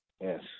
yes